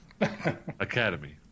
academy